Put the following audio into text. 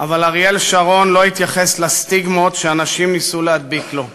אבל אריאל שרון לא התייחס לסטיגמות שאנשים ניסו להדביק לו.